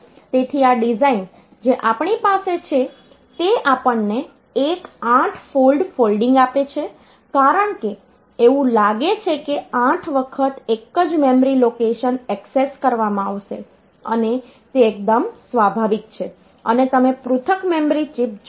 તેથી આ ડિઝાઇન જે આપણી પાસે છે તે આપણને એક 8 ફોલ્ડ ફોલ્ડિંગ આપે છે કારણ કે એવું લાગે છે કે 8 વખત એક જ મેમરી લોકેશન એક્સેસ કરવામાં આવશે અને તે એકદમ સ્વાભાવિક છે અને તમે પૃથક મેમરી ચિપ્સ જોશો